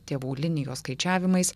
tėvų linijos skaičiavimais